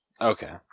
Okay